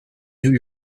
new